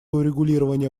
урегулирование